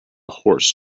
horse